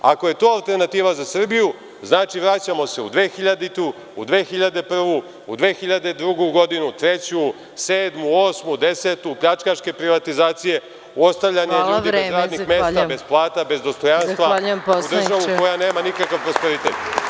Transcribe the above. Ako je to alternativa za Srbiju, znači, vraćamo se u 2000, 2001, 2002. godinu, 2003, 2007, 2008. 2010. godinu, pljačkaške privatizacije, ostavljanje ljudi bez radnih mesta, bez plata, bez dostojanstva u državu koja nema nikakav prosperitet.